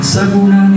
Sakuna